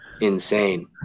insane